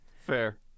Fair